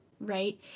right